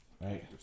Right